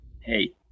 hey